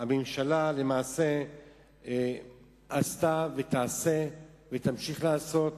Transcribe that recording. הממשלה עשתה, תעשה ותמשיך לעשות,